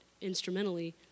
instrumentally